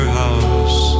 house